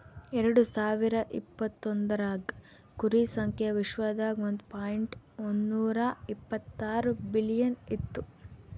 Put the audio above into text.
ಎರಡು ಸಾವಿರ ಇಪತ್ತೊಂದರಾಗ್ ಕುರಿ ಸಂಖ್ಯಾ ವಿಶ್ವದಾಗ್ ಒಂದ್ ಪಾಯಿಂಟ್ ಒಂದ್ನೂರಾ ಇಪ್ಪತ್ತಾರು ಬಿಲಿಯನ್ ಇತ್ತು